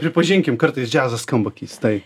pripažinkim kartais džiazas skamba keistai